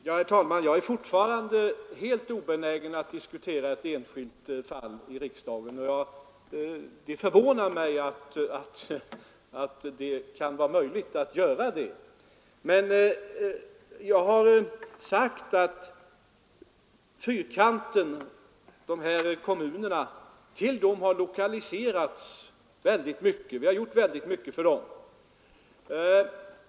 Herr talman! Jag är fortfarande helt obenägen att diskutera ett enskilt fall i en frågedebatt. Det förvånar mig att herr Stridsman kan tro att det kan vara möjligt att göra det. Jag har sagt att det har gjorts ett stort antal lokaliseringar till kommunerna i Fyrkanten och att vi har gjort väldigt mycket för dem.